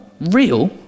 real